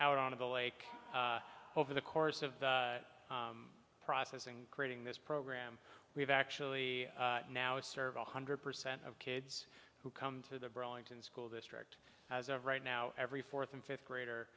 out on of the lake over the course of the process and creating this program we've actually now serve one hundred percent of kids who come to the burlington school district as of right now every fourth and fifth grader